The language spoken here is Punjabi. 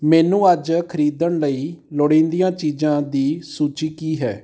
ਮੈਨੂੰ ਅੱਜ ਖਰੀਦਣ ਲਈ ਲੋੜੀਂਦੀਆਂ ਚੀਜ਼ਾਂ ਦੀ ਸੂਚੀ ਕੀ ਹੈ